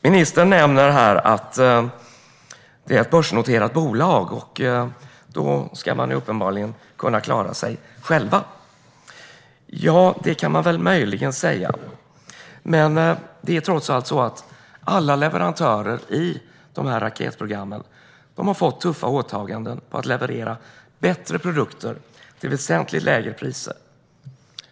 Ministern nämner här att det är ett börsnoterat bolag, och då ska de uppenbarligen kunna klara sig själva. Det kan man möjligen säga. Men det är trots allt så att alla leverantörer i dessa raketprogram har fått tuffa åtaganden när det gäller att leverera bättre produkter till väsentligt lägre priser.